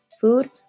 food